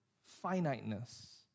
Finiteness